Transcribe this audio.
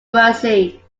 mercy